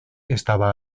estaba